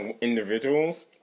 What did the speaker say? individuals